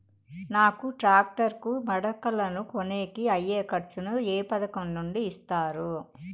నాకు టాక్టర్ కు మడకలను కొనేకి అయ్యే ఖర్చు ను ఏ పథకం నుండి ఇస్తారు?